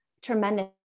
tremendous